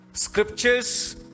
Scriptures